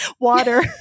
water